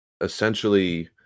essentially